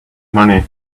money